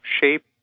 shape